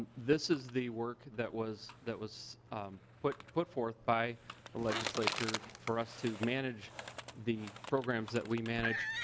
this is the work that was that was put put forthd by the legislature for us to manage the programs that we manage.